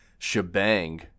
shebang